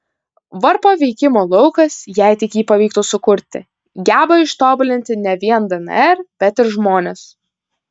varpo veikimo laukas jei tik jį pavyktų sukurti geba ištobulinti ne vien dnr bet ir žmones